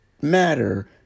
matter